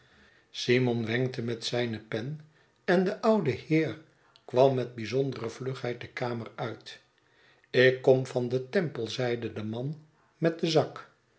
simon wenkte met zijne pen en de oude heer kwam met bijzondere vlugheid de kamer uit ik kom van den temple zeide de man met den zak